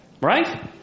Right